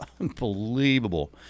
unbelievable